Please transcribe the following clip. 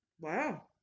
Wow